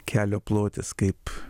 kelio plotis kaip